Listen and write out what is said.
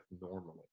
normally